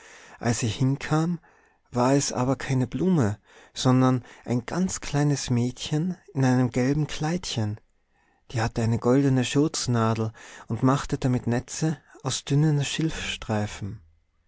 als ich hinkam war es aber keine blume sondern ein ganz kleines mädchen in einem gelben kleidchen die hatte eine goldene schürznadel und machte damit netze aus dünnen